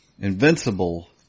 Invincible